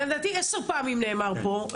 לדעתי עשר פעמים נאמר פה,